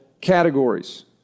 categories